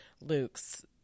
Luke's